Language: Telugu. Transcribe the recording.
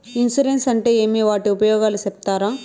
ఇన్సూరెన్సు అంటే ఏమి? వాటి ఉపయోగాలు సెప్తారా?